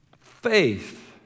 Faith